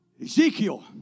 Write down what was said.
Ezekiel